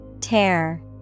Tear